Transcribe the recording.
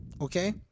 Okay